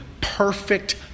perfect